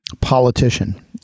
politician